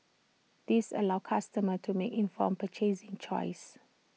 this allows customers to make informed purchasing choices